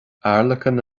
airleacain